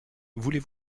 voulez